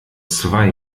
zwei